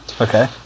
okay